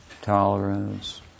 tolerance